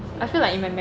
serious